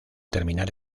terminar